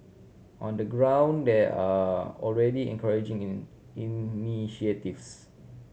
on the ground there are already encouraging in initiatives